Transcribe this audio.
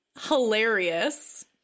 hilarious